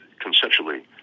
conceptually